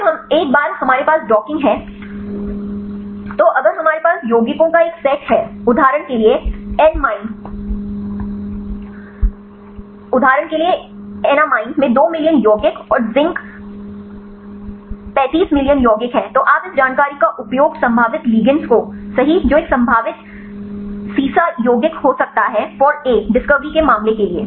फिर एक बार हमारे पास डॉकिंग है तो अगर हमारे पास यौगिकों का एक सेट है उदाहरण के लिए एनमाइन में दो मिलियन यौगिक और जिंक 35 मिलियन यौगिक हैं तो आप इस जानकारी का उपयोग संभावित लिगंडस को सही जो एक संभावित सीसा यौगिक हो सकता है फॉर a डिस्कवरी के मामले के लिए